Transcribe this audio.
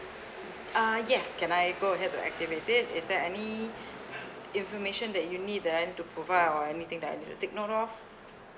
uh yes can I go ahead to activate it is there any information that you need that I am to provide or anything that I need to take note of